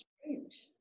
strange